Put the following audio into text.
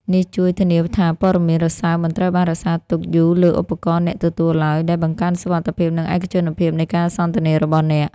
នេះជួយ ធានាថាព័ត៌មានរសើបមិនត្រូវបានរក្សាទុកយូរលើឧបករណ៍អ្នកទទួលឡើយ ដែលបង្កើនសុវត្ថិភាព និងឯកជនភាពនៃការសន្ទនារបស់អ្នក។